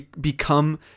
become